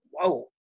whoa